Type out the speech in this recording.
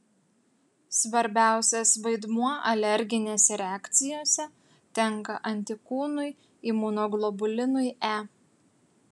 svarbiausias vaidmuo alerginėse reakcijose tenka antikūnui imunoglobulinui e